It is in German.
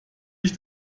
ich